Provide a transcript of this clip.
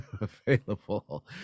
available